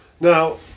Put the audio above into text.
Now